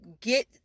get